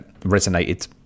resonated